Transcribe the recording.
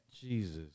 Jesus